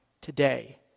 today